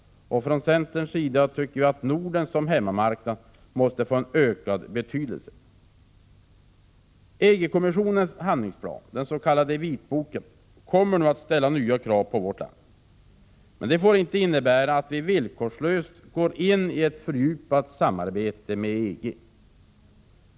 Vi i centern tycker att Norden som hemmamarknad måste få en ökad betydelse. EG-kommissionens handlingsplan, den s.k. vitboken, kommer nu att ställa nya krav på vårt land. Men det får inte innebära att vi villkorslöst går in i ett fördjupat samarbete med EG.